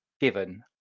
given